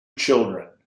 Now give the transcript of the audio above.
children